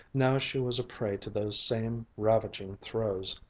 now she was a prey to those same ravaging throes.